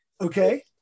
Okay